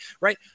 right